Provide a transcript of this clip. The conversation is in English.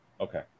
Okay